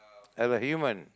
as a human